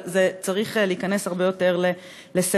אבל זה צריך להיכנס הרבה יותר לסדר-היום.